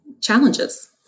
challenges